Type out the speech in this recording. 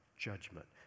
judgment